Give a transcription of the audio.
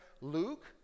Luke